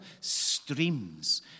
streams